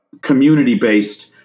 community-based